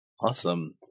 Awesome